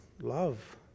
Love